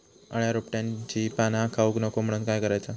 अळ्या रोपट्यांची पाना खाऊक नको म्हणून काय करायचा?